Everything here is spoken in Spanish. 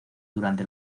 durante